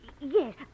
Yes